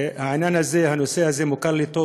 העניין הזה, הנושא הזה מוכר לי טוב